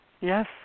yes